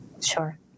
Sure